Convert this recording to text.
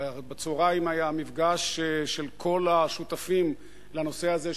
בצהריים היה מפגש של כל השותפים לנושא הזה,